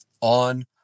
on